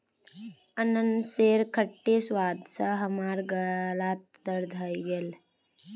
अनन्नासेर खट्टे स्वाद स हमार गालत दर्द हइ गेले